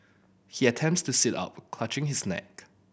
he attempts to sit up clutching his neck